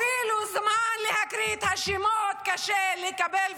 אפילו זמן להקריא את השמות קשה לקבל,